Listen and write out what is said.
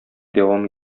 дәвам